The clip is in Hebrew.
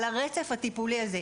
על הרצף הטיפולי הזה,